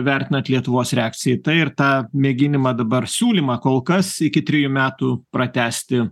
vertinat lietuvos reakciją į tai ir tą mėginimą dabar siūlymą kol kas iki trijų metų pratęsti